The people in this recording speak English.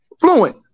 fluent